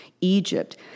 Egypt